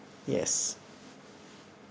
yes